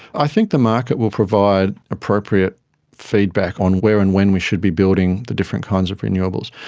i think the market will provide appropriate feedback on where and when we should be building the different kinds of renewables.